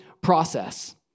process